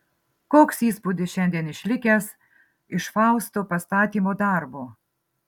koks įspūdis šiandien išlikęs iš fausto pastatymo darbo